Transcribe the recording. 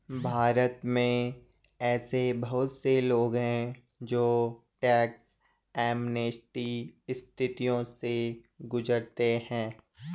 भारत में ऐसे बहुत से लोग हैं जो टैक्स एमनेस्टी स्थितियों से गुजरते हैं